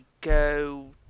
Go